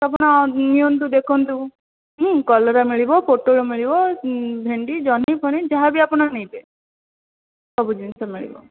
ଆପଣ ନିଅନ୍ତୁ ଦେଖନ୍ତୁ କଲରା ମିଳିବ ପୋଟଳ ମିଳିବ ଭେଣ୍ଡି ଜହ୍ନି ଫହ୍ନି ଯାହା ବି ଆପଣ ନେବେ ସବୁ ଜିନିଷ ମିଳିବ